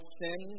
sin